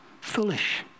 foolish